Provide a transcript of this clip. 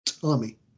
Tommy